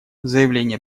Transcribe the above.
заявление